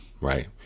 Right